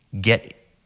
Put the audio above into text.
get